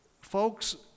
Folks